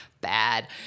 Bad